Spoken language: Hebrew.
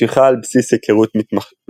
משיכה על בסיס היכרות מתמשכת